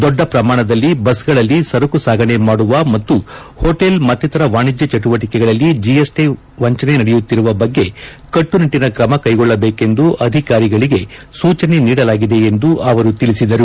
ದೊಡ್ಡ ಪ್ರಮಾಣದಲ್ಲಿ ಬಸ್ಗಳಲ್ಲಿ ಸರಕು ಸಾಗಣೆ ಮಾಡುವ ಮತ್ತು ಹೋಟೆಲ್ ಮತ್ತಿತರ ವಾಣಿಜ್ಞ ಚಟುವಟಿಕೆಗಳಲ್ಲಿ ಜಿಎಸ್ಟಿ ವಂಚನೆ ನಡೆಯುತ್ತಿರುವ ಬಗ್ಗೆ ಕಟ್ಟನಿಟ್ಟನ ತ್ರಮ ಕೈಗೊಳ್ಳದೇಕೆಂದು ಅಧಿಕಾರಿಗಳಿಗೆ ಸೂಚನೆ ನೀಡಲಾಗಿದೆ ಎಂದು ಅವರು ತಿಳಿಸಿದರು